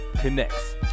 Connects